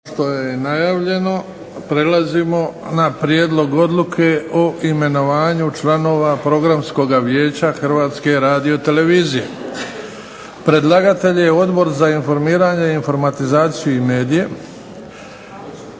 što je najavljeno prelazimo na - Prijedlog odluke o imenovanju članova Programskog vijeća HRTV-a. Predlagatelj je Odbor za informiranje, informatizaciju i medije.